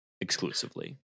exclusively